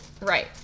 right